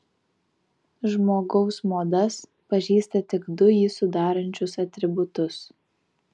žmogaus modas pažįsta tik du jį sudarančius atributus